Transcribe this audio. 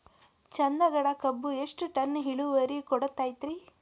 ಚಂದಗಡ ಕಬ್ಬು ಎಷ್ಟ ಟನ್ ಇಳುವರಿ ಕೊಡತೇತ್ರಿ?